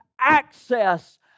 access